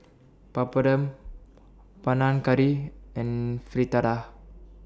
Papadum Panang Curry and Fritada